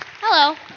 Hello